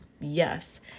Yes